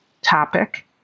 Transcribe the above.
topic